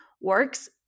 works